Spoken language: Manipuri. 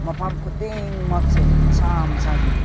ꯃꯐꯝ ꯈꯨꯗꯤꯡꯃꯛꯁꯦ ꯃꯁꯥ ꯃꯁꯥꯒꯤ